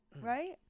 Right